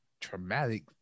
traumatic